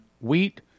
wheat